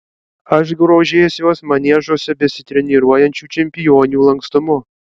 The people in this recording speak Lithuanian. aš grožėsiuos maniežuose besitreniruojančių čempionių lankstumu